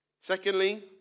Secondly